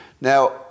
Now